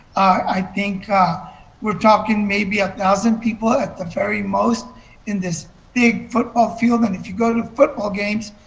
i think we are talking maybe one thousand people at the very most in this big football field. and if you go to football games,